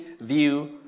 view